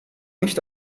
nicht